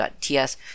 .ts